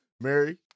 Mary